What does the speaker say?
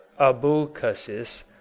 Abulcasis